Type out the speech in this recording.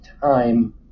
time